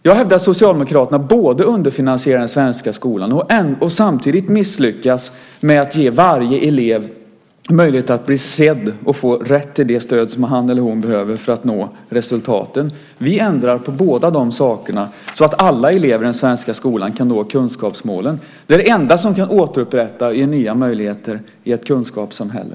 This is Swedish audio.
Jag hävdar att Socialdemokraterna underfinansierar den svenska skolan och samtidigt misslyckas med att ge varje elev möjlighet att bli sedd och få rätt till det stöd som han eller hon behöver för att nå resultaten. Vi ändrar på båda de sakerna så att alla elever i den svenska skolan kan nå kunskapsmålen. Det är det enda som kan återupprätta och ge nya möjligheter i ett kunskapssamhälle.